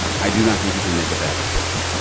i do not think you can make a bad decision.